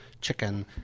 chicken